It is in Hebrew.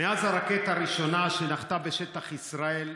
מאז הרקטה הראשונה שנחתה בשטח ישראל,